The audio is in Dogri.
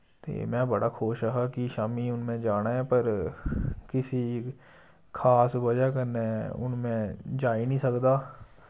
ते मैं बड़ा खुश हा कि शाम्मी हुन मैं जाना ऐ पर किसी खास वजह कन्नै हुन मैं जाई नि सकदा